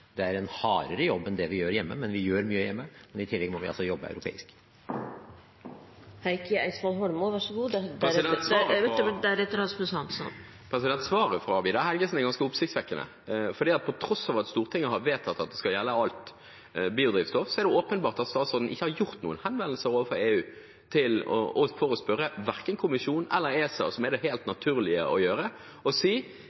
Det er en hardere jobb enn den vi gjør hjemme. Vi gjør mye hjemme, men i tillegg må vi også jobbe europeisk. Svaret fra Vidar Helgesen er ganske oppsiktsvekkende, for på tross av at Stortinget har vedtatt at det skal gjelde alt biodrivstoff, er det åpenbart at statsråden ikke har gjort noen henvendelser overfor EU for å spørre verken kommisjonen eller ESA, som det er helt naturlig å gjøre, og si: Jeg ser det